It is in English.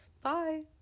bye